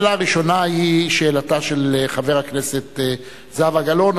השאלה הראשונה היא שאלתה של חברת הכנסת זהבה גלאון,